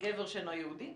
גבר שאינו יהודי,